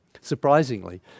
surprisingly